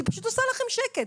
היא פשוט עושה לכם שקט,